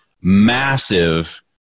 massive